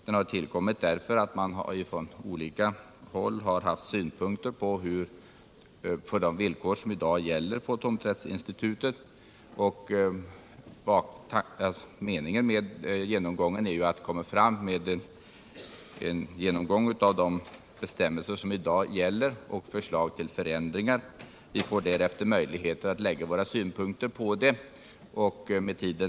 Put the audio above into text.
Den har tillkommit därför att det från olika håll framförts synpunkter på de villkor som i dag gäller för tomträttsinstitutet. Meningen är att kommittén skall göra en genomgång av de bestämmelser som i dag gäller och lägga fram förslag till förändringar.